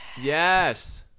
Yes